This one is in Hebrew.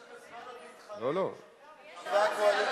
יש לכם עוד זמן להתחרט, חברי הקואליציה.